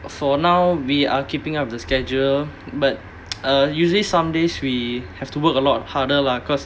for now we are keeping up the schedule but uh usually some days we have to work a lot harder lah because